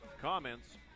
comments